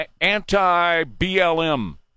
anti-BLM